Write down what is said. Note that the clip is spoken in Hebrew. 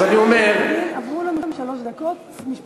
אז אני אומר, עברו לנו שלוש דקות, משפט סיום.